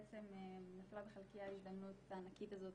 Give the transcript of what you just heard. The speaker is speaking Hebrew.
ונפלה בחלקי ההזדמנות הענקית הזאת